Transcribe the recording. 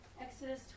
Exodus